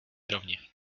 rovni